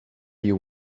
you